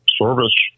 service